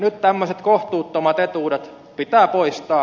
nyt tämmöiset kohtuuttomat etuudet pitää poistaa